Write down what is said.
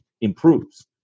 improves